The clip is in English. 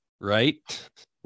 right